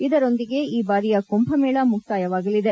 ಇದರೊಂದಿಗೆ ಈ ಬಾರಿಯ ಕುಂಭ ಮೇಳ ಮುಕ್ತಾಯವಾಗಲಿದೆ